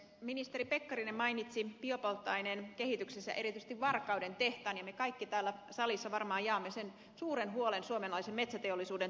ministeri pekkarinen mainitsi biopolttoaineen kehityksessä erityisesti varkauden tehtaan ja me kaikki täällä salissa varmaan jaamme sen suuren huolen suomalaisen metsäteollisuuden tulevaisuudesta